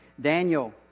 Daniel